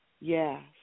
yes